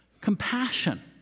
compassion